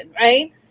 right